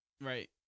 Right